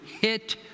hit